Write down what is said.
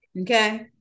Okay